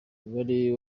umubare